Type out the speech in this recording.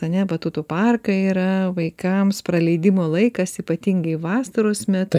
ar ne batutų parkai yra vaikams praleidimo laikas ypatingai vasaros metu